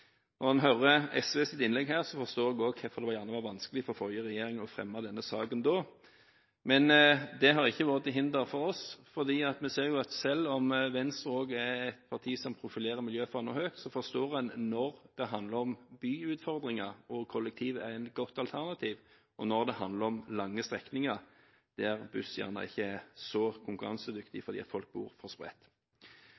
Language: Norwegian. Når jeg hører SVs innlegg her, forstår jeg også hvorfor det var vanskelig for den forrige regjeringen å fremme denne saken. Men det har ikke vært til hinder for oss, for vi ser at selv om Venstre også er et parti som profilerer miljøfanen høyt, forstår en når det handler om byutfordringer, der kollektivtransport er et godt alternativ, og når det handler om lange strekninger, der buss gjerne ikke er så konkurransedyktig